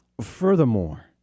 Furthermore